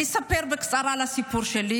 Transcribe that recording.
אני אספר בקצרה את הסיפור שלי.